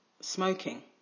smoking